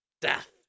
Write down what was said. Death